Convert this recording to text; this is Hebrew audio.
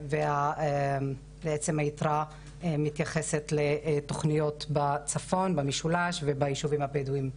והיתרה מתייחסת לתוכניות בצפון במשולש ובישובים הבדואים.